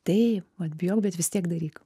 taip vat bijok bet vis tiek daryk